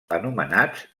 anomenats